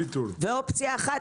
אופציה שנייה,